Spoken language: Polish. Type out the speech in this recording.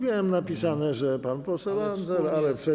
Miałem napisane, że pan poseł Andzel, ale coś.